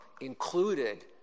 included